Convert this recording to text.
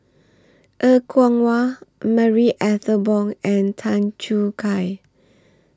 Er Kwong Wah Marie Ethel Bong and Tan Choo Kai